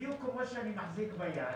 בדיוק כמו שאני מחזיק ביד,